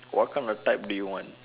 what kind of type do you want